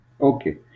Okay